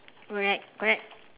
correct correct